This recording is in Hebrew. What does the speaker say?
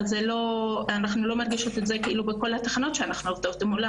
אבל אנחנו לא מרגישות את זה בכל התחנות שאנחנו עובדות מולן.